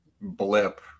blip